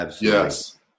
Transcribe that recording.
Yes